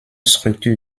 structure